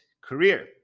career